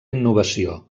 innovació